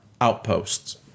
outposts